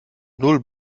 null